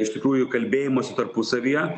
iš tikrųjų kalbėjimosi tarpusavyje